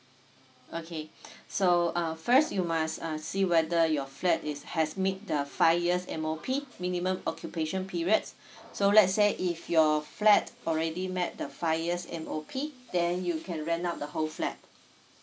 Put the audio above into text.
okay so uh first you must uh see whether your flat is has meet the five years M_O_P minimum occupation periods so let's say if your flat already met the five years M_O_P then you can rent out the whole flat